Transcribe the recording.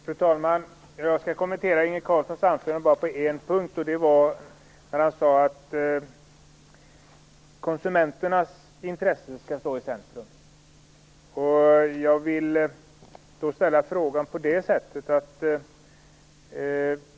Fru talman! Jag skall kommentera Inge Carlssons anförande bara på en punkt, nämligen att konsumenternas intresse skall stå i centrum.